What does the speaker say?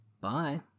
Bye